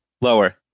Lower